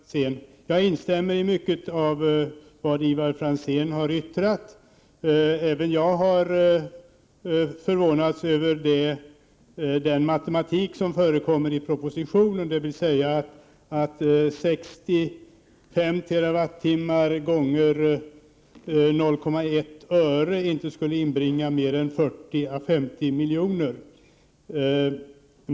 Herr talman! Jag instämmer i mycket av vad Ivar Franzén har yttrat. Även jag har förvånats över den matematik som förekommer i propositionen, dvs. att 65 TWh x 0,1 öre inte skulle inbringa mer än 40 å 50 milj.kr.